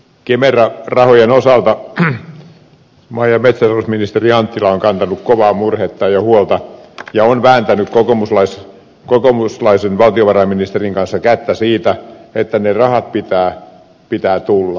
kemera rahojen osalta maa ja metsätalousministeri anttila on kantanut kovaa murhetta ja huolta ja on vääntänyt kokoomuslaisen valtiovarainministerin kanssa kättä siitä että niiden rahojen pitää tulla